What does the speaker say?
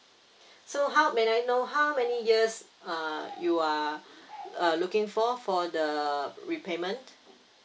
so how may I know how many years uh you are uh looking for for the repayment